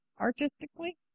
artistically